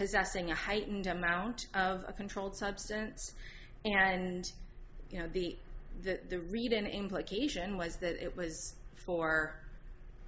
possessing a heightened amount of controlled substance and you know the the read in implication was that it was for